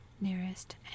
nearest